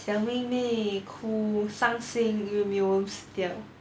小妹妹哭伤心因为 mealworm 死掉